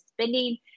spending